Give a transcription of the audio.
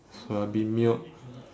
soya bean milk